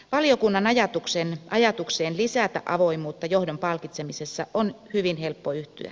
valiokunnan ajatukseen lisätä avoimuutta johdon palkitsemisessa on hyvin helppo yhtyä